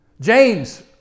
James